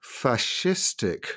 fascistic